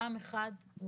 פעם אחת,